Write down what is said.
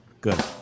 Good